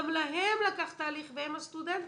גם להם לקח תהליך והם הסטודנטים,